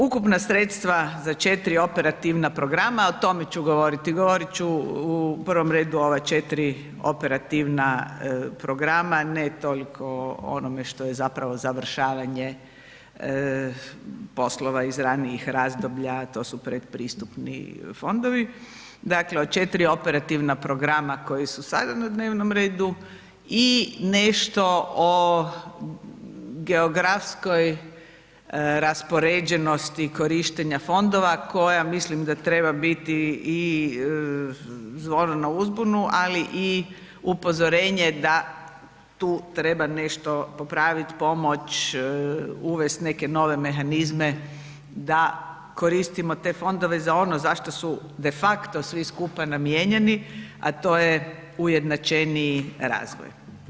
Ukupna sredstva za četiri operativna programa, o tome ću govoriti, govoriti ću u prvom redu o ova četiri operativna programa, ne toliko o onome što je zapravo završavanje poslova iz ranijih razdoblja, to su pretpristupni fondovi, dakle od četiri operativna programa koji su sada na dnevnom redu i nešto o geografskoj raspoređenosti korištenja fondova koja mislim da treba biti i zvono na uzbunu ali i upozorenje da tu treba nešto popraviti, pomoći, uvesti neke nove mehanizme da koristimo te fondove za ono za što su de facto svi skupa namijenjeni a to je ujednačeniji razvoj.